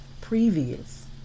previous